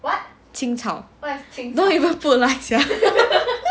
青草 don't even put 辣椒